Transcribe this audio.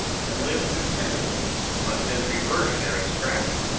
and lived contentedly on his reversionary scraps.